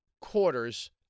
quarters